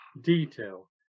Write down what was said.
detail